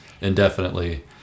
indefinitely